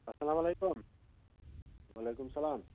اسلام علیکُم وعلیکُم سَلام